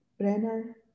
Brenner